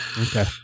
Okay